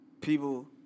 people